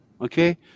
Okay